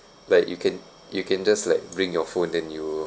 like you can you can just like bring your phone then you'll